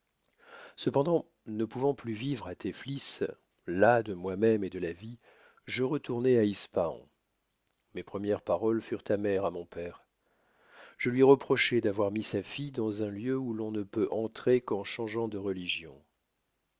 cependant ne pouvant plus vivre à tefflis las de moi-même et de la vie je retournai à ispahan mes premières paroles furent amères à mon père je lui reprochai d'avoir mis sa fille en un lieu où l'on ne peut entrer qu'en changeant de religion